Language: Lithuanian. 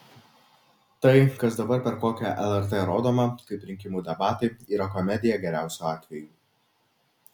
tai kas dabar per kokią lrt rodoma kaip rinkimų debatai yra komedija geriausiu atveju